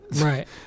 Right